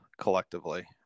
collectively